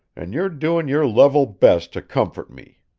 and you're doing your level best to comfort me.